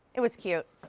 it was cute.